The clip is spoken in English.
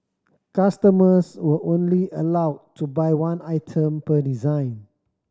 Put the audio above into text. customers were only allowed to buy one item per design